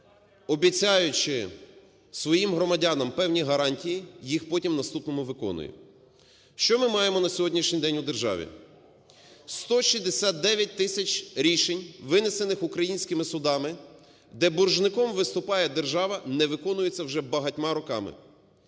обіцяючи своїм громадянам певні гарантії, їх потім у наступному виконує. Що ми маємо на сьогоднішній день у державі? 169 тисяч рішень, винесених українськими судами, де боржником виступає держава, не виконуються вже багатьма роками.